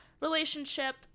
relationship